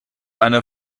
eine